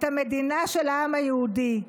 את המדינה של העם היהודי.